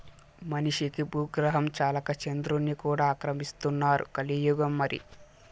మనిషికి బూగ్రహం చాలక చంద్రుడ్ని కూడా ఆక్రమిస్తున్నారు కలియుగం మరి